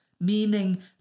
meaning